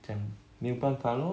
这样没有办法 lor